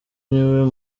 niwe